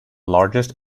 largest